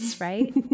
right